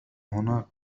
هناك